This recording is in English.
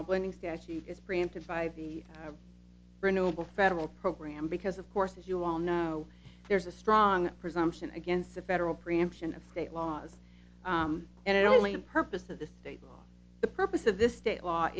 is preempted by the renewal federal program because of course as you all know there's a strong presumption against a federal preemption of state laws and only purpose of the state law the purpose of this state law